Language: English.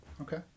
Okay